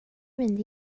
mynd